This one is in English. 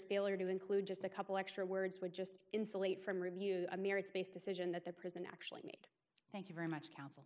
failure to include just a couple extra words would just insulate from review a mere it's based decision that the prison actually thank you very much counsel